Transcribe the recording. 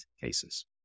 cases